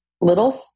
little